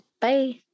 Bye